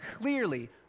clearly